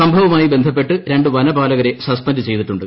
സംഭവവുമായി ബന്ധപ്പെട്ട് രണ്ട് വനപാലകരെ സസ്പെന്റ് ചെയ്തിട്ടുണ്ട്